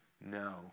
No